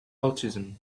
autism